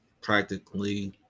practically